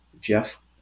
jeff